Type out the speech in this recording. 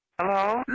Hello